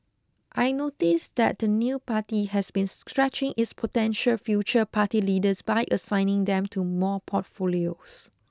I noticed that the the new party has been stretching its potential future party leaders by assigning them to more portfolios